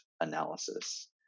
analysis